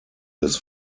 des